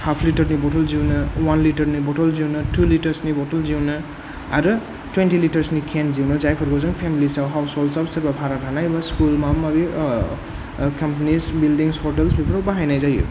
half litre नि bottle दिहुनो one litre नि बथल दिहुनो थु लिटार्स नि बथल दिहुनो आरो टुवेन्टि लिटार्स नि केन दिहुनो जायफोरखौ जोङो फेमिलिसव हाउसहल्द्साव बा सोरबा भारा थानाय स्कुल माबा माबि कम्पानिस बिल्डिंस हटेल्स बेफोराव बाहायनाय जायो